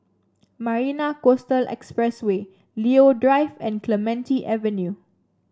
Marina Coastal Expressway Leo Drive and Clementi Avenue